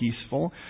peaceful